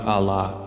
Allah